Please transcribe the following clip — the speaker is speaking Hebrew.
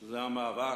שזה המאבק.